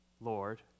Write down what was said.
Lord